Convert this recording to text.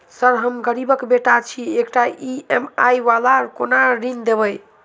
Sir हम गरीबक बेटा छी एकटा ई.एम.आई वला कोनो ऋण देबै?